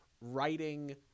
writing –